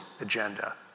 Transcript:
agenda